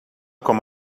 com